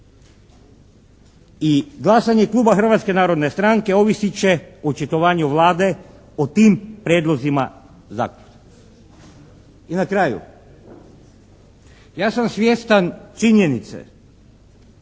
i glasanje kluba Hrvatske narodne stranke ovisit će o očitovanju Vlade o tim prijedlozima zakona. I na kraju, ja sam svjestan činjenice